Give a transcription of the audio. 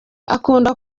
akunda